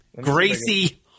Gracie